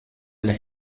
las